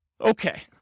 Okay